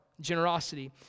Generosity